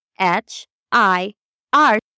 H-I-R